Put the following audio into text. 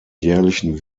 jährlichen